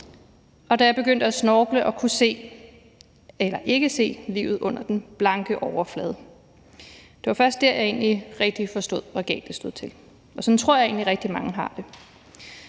og da jeg begyndte at snorkle og kunne se – eller ikke se – livet under den blanke overflade, at jeg egentlig rigtig forstod, hvor galt det stod til. Sådan tror jeg egentlig at rigtig mange har det.